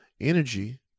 energy